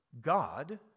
God